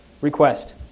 request